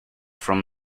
from